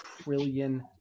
trillion